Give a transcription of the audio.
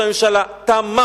לא תמך, ראש הממשלה לא תמך.